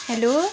hello